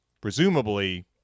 presumably